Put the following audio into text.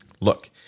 Look